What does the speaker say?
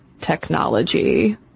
technology